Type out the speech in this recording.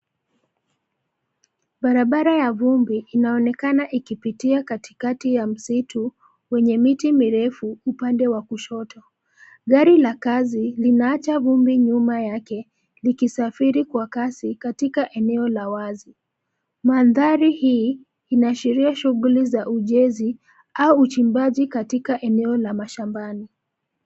Barabara ya vumbi, inaonekana ikipitia katikati ya msitu, wenye miti mirefu, upande wa kushoto. Gari la kazi, linaacha vumbi nyuma yake, likisafiri kwa kasi, katika eneo la wazi. Mandhari hii, inaashiria shughuli za ujenzi, au uchimbaji katika eneo la mashambani.